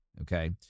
Okay